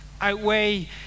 outweigh